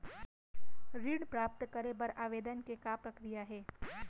ऋण प्राप्त करे बर आवेदन के का प्रक्रिया हे?